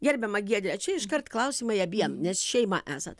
gerbiama giedre čia iškart klausimai abiem nes šeima esat